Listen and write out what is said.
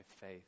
faith